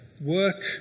work